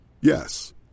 Yes